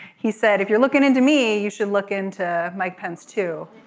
he said if you're looking into me you should look into mike pence too